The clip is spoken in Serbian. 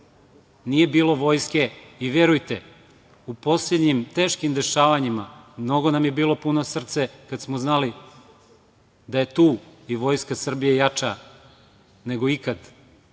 nije bilo vojske i verujte, u poslednjim teškim dešavanjima mnogo nam je bilo puno srce kada smo znali da je tu vojska Srbije koja je jača nego ikad,